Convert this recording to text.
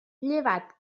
llevat